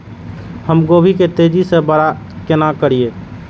हम गोभी के तेजी से बड़ा केना करिए?